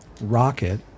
Rocket